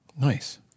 Nice